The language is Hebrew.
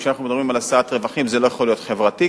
וכשאנחנו מדברים על השאת רווחים זה לא יכול להיות חברתי,